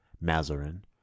Mazarin